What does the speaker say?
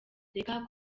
reka